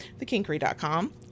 thekinkery.com